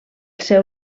seu